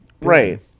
Right